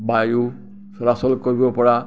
বায়ু চলাচল কৰিব পৰা